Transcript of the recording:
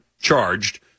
charged